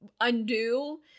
undo